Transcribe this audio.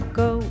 go